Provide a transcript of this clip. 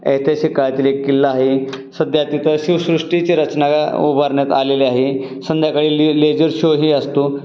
ऐतिहासिक काळातील एक किल्ला आहे सध्या तिथं शिवसृष्टीची रचना उभारण्यात आलेल्या आहे संध्याकाळी लेजर शोही असतो